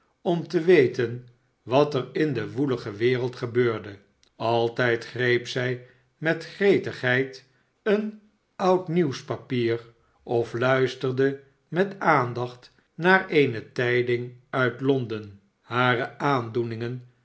om te weten wat er in de woelige wereld gebeurde altijd greep zij met gretigheid een oud nieuwspapier of luisterde met aandacht naar eenige tijding uit londen hare aandoeningen